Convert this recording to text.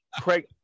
craig